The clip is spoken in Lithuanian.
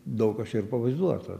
daug kas čia ir pavaizduota